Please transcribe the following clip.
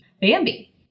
Bambi